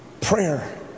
Prayer